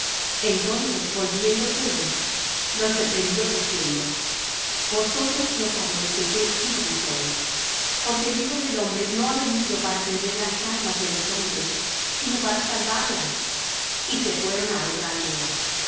entonces volviéndose él los reprendió diciendo vosotros no sabéis de qué espíritu sois porque el hijo del hombre no ha venido para perder las almas de los hombres sino para salvarlas y se fueron á otra aldea